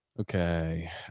Okay